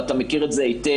ואתה מכיר את זה היטב,